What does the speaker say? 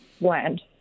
land